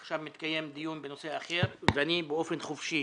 עכשיו מתקיים דיון בנושא אחר ואני באופן חופשי,